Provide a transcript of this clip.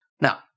Now